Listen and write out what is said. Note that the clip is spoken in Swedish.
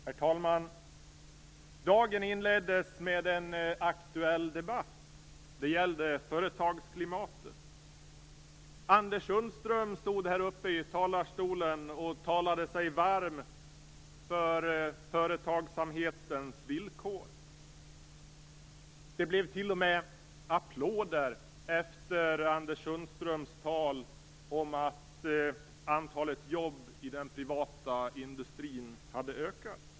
Herr talman! Dagen inleddes med en aktuell debatt. Det gällde företagsklimatet. Anders Sundström stod i talarstolen och talade sig varm för företagsamhetens villkor. Det blev t.o.m. applåder efter Anders Sundströms tal om att antalet jobb i den privata industrin hade ökat.